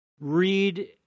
Read